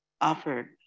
offered